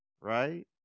right